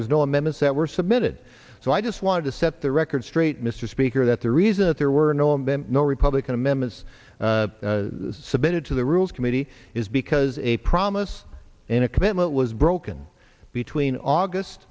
was no amendments that were submitted so i just wanted to set the record straight mr speaker that the reason that there were no and then no republican amendments submitted to the rules committee is because a promise in a commitment was broken between august